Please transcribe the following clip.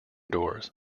doors